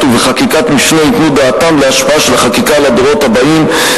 ובחקיקת משנה ייתנו דעתם להשפעה של החקיקה על הדורות הבאים,